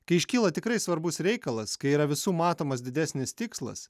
kai iškyla tikrai svarbus reikalas kai yra visų matomas didesnis tikslas